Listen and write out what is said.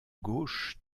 gauche